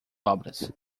obras